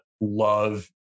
love